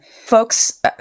Folks